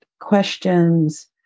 questions